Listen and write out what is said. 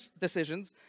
decisions